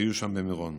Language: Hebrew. שהיו שם במירון.